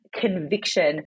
conviction